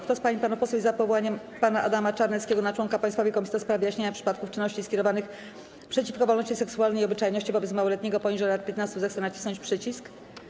Kto z pań i panów posłów jest za powołaniem pana Adama Czarneckiego na członka Państwowej Komisji do spraw wyjaśniania przypadków czynności skierowanych przeciwko wolności seksualnej i obyczajności wobec małoletniego poniżej lat 15, zechce nacisnąć przycisk.